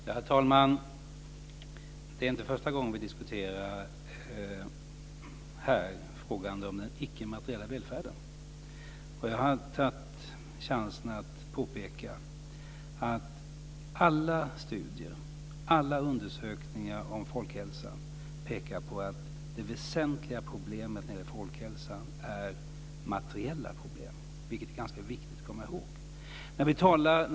Herr talman! Det är inte första gången som vi här diskuterar frågan om den icke materiella välfärden. Jag har tagit chansen att påpeka att alla studier och undersökningar av folkhälsan pekar på att den väsentliga faktorn i det sammanhanget är materiella problem. Det är ganska viktigt att komma ihåg detta.